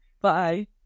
Bye